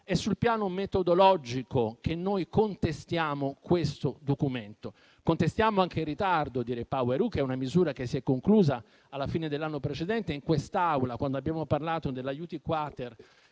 sul piano metodologico che noi contestiamo questo documento. Contestiamo anche il ritardo di REPowerEU, misura che si è conclusa alla fine dell'anno precedente in quest'Aula, quando abbiamo parlato del decreto-legge